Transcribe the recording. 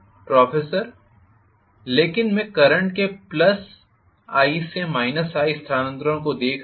professor लेकिन मैं current के I से I स्थानांतरण को देख रहा हूं